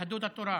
יהדות התורה.